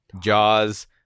Jaws